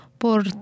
Por